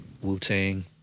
Wu-Tang